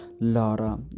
Laura